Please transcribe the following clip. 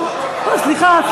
סליחה.